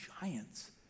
giants